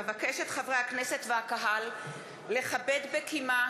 אבקש את חברי הכנסת והקהל לכבד בקימה